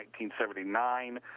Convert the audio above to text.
1979